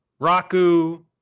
Raku